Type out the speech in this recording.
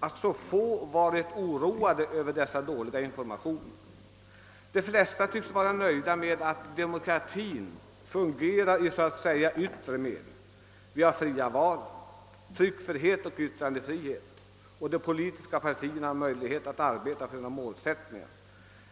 att så få varit oroade över denna brist på informationer. De flesta tycks vara nöjda med att demokratin fungerar i så att säga yttre mening: vi har fria val, tryckfrihet och yttrandefrihet, och de politiska partierna har möjlighet att fritt arbeta för sina målsättningar.